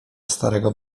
starego